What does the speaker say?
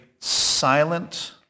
silent